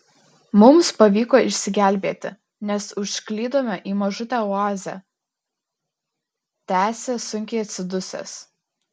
mums pavyko išsigelbėti nes užklydome į mažutę oazę tęsia sunkiai atsidusęs